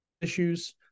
issues